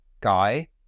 guy